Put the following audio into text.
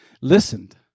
listened